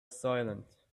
silent